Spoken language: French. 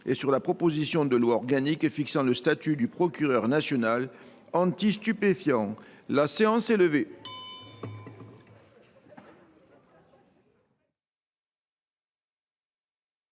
et sur la proposition de loi organique fixant le statut du procureur national anti stupéfiants, présentée